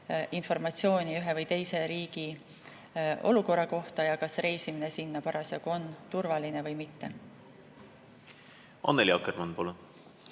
informatsiooni ühe või teise riigi olukorra kohta ja selle kohta, kas reisimine sinna parasjagu on turvaline või mitte. Annely Akkermann, palun!